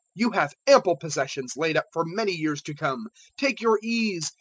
you have ample possessions laid up for many years to come take your ease,